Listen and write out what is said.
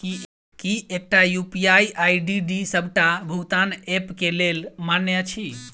की एकटा UPI ID D सबटा भुगतान ऐप केँ लेल मान्य अछि?